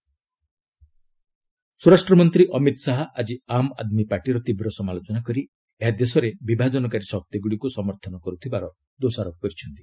ଅମିତ ଶାହା କେଜରିଓ୍ବାଲ୍ ସ୍ୱରାଷ୍ଟ୍ର ମନ୍ତ୍ରୀ ଅମିତ ଶାହା ଆଜି ଆମ୍ ଆଦମୀ ପାର୍ଟିର ତୀବ୍ର ସମାଲୋଚନା କରି ଏହା ଦେଶରେ ବିଭାଜନକାରୀ ଶକ୍ତିଗ୍ରଡ଼ିକ୍ ସମର୍ଥନ କର୍ତ୍ତିବାର ଦୋଷାରୋପ କରିଛନ୍ତି